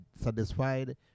satisfied